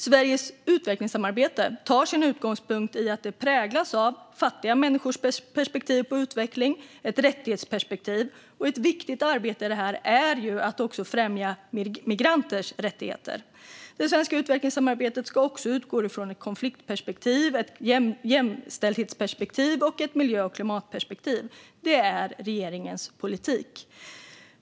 Sveriges utvecklingssamarbete tar sin utgångspunkt i och präglas av fattiga människors perspektiv på utveckling och ett rättighetsperspektiv. Ett viktigt arbete i detta är att också främja migranters rättigheter. Det svenska utvecklingssamarbetet ska också utgå från ett konfliktperspektiv, ett jämställdhetsperspektiv och ett miljö och klimatperspektiv. Det är regeringens politik.